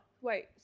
wait